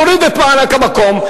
תוריד את מענק המקום.